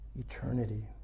Eternity